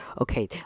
Okay